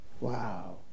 Wow